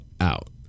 out